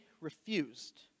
refused